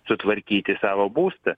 sutvarkyti savo būstą